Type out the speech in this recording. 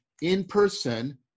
in-person